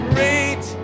Great